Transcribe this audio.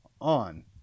on